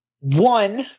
One